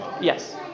Yes